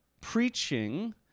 preaching